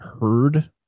heard